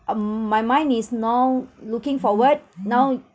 um my mind is now looking forward now